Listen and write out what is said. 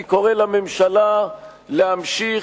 אני קורא לממשלה להמשיך,